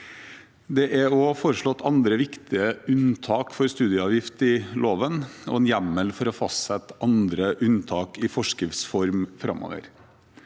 Det er også foreslått andre viktige unntak for studieavgift i loven og en hjemmel for å fastsette andre unntak i forskriftsform framover.